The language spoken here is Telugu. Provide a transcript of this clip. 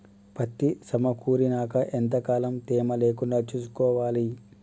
పత్తి సమకూరినాక ఎంత కాలం తేమ లేకుండా చూసుకోవాలి?